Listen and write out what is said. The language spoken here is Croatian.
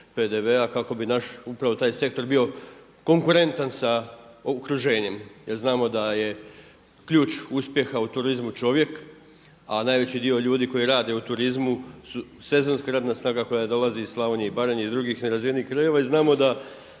PDV-a kako bi naš upravo taj sektor bio konkurentan sa okruženjem jel znamo da je ključ uspjeha u turizmu čovjek, a najveći dio ljudi koji rade u turizmu su sezonska radna snaga koja dolazi iz Slavonije i Baranje i drugih nerazvijenih krajeva i znamo da